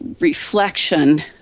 reflection